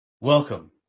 Welcome